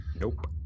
Nope